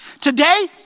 Today